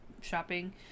shopping